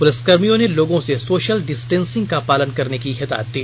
पुलिसकर्मियों ने लोगों से सोशल डिस्टेंस का पालन करने की हिदायत दी